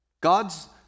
God's